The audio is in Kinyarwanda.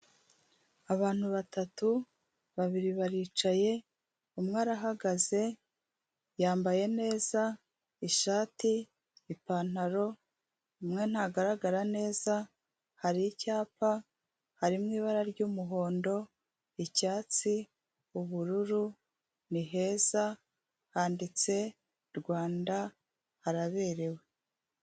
Abantu batatu babiri baricaye, umwe arahagaze yambaye neza ishati, ipantaro, umwe ntagaragara neza hari icyapa, harimo ibara ry'umuhondo, icyatsi, ubururu ni heza handitse Rwanda haraberewe.